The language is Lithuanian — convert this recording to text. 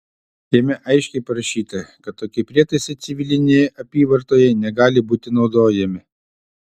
jame aiškiai parašyta kad tokie prietaisai civilinėje apyvartoje negali būti naudojami